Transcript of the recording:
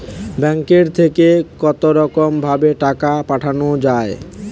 ব্যাঙ্কের থেকে কতরকম ভাবে টাকা পাঠানো য়ায়?